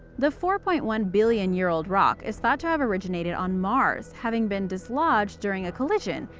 the four point one billion-year-old rock is thought to have originated on mars, having been dislodged during a collision,